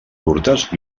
curtes